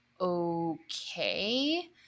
okay